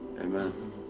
Amen